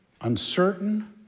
Uncertain